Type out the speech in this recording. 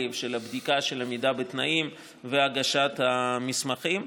של הבדיקה של עמידה בתנאים והגשת המסמכים.